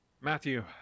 Matthew